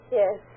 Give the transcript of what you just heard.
yes